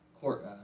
Court